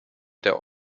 der